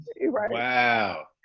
Wow